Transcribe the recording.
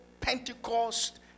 Pentecost